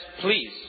please